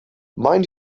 mind